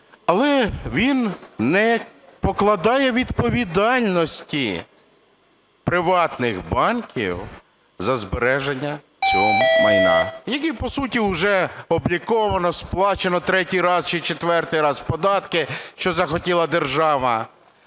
Але він не покладає відповідальності приватних банків за збереження цього майна, яке по суті вже обліковано, сплачено третій раз чи четвертий раз податки, що захотіла держава.